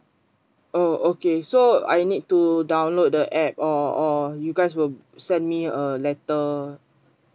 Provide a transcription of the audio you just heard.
oh okay so I need to download the app or or you guys will send me a letter